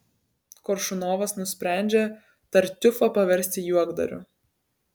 koršunovas nusprendžia tartiufą paversti juokdariu